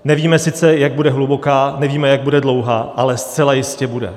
Nevíme sice, jak bude hluboká, nevíme, jak bude dlouhá, ale zcela jistě bude.